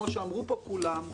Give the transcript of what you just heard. כמו שאמרו פה כולם,